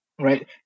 right